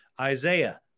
Isaiah